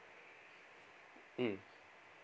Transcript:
mm